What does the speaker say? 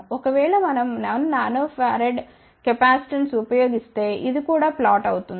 ఒకవేళ మనం 1 nF capacitance ఉపయోగిస్తే ఇది కూడా ఫ్లాట్ అవుతుంది